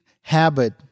habit